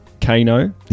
Kano